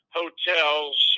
hotels